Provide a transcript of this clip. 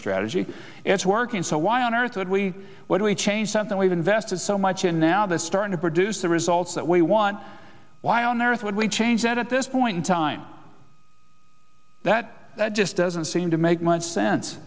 strategy it's working so why on earth would we why do we change something we've invested so much and now this start to produce the results that we want why on earth would we change that at this point in time that just doesn't seem to make much sense